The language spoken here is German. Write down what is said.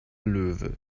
löwe